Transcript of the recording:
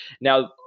Now